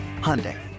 Hyundai